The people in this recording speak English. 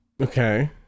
okay